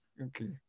Okay